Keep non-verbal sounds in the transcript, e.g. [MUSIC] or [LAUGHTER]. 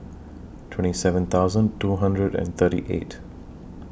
[NOISE] twenty seven thousand two hundred and thirty eight